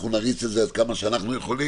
ונריץ את זה עד כמה שאנחנו יכולים.